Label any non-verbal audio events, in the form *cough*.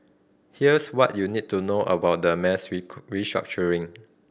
here's what you need to know about the mass *unintelligible* restructuring